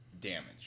damage